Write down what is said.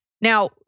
Now